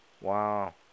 Wow